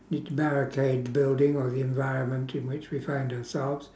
need to barricade the building or the environment in which we find ourselves